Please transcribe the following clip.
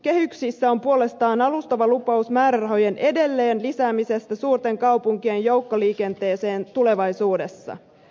budjettikehyksissä on puolestaan alustava lupaus määrärahojen edelleen lisäämisestä suurten kaupunkien joukkoliikenteeseen tulevaisuudessa